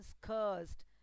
cursed